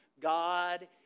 God